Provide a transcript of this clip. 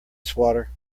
swatter